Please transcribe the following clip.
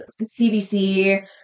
CBC